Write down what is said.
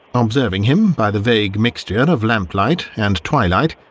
observing him by the vague mixture of lamplight and twilight,